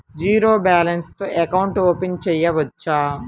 Zero balance తో account open చేయవచ్చు?